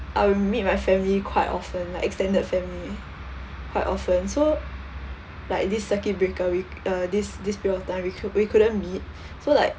I'll meet my family quite often like extended family quite often so like this circuit breaker we uh this this period of time we could~ we couldn't meet so like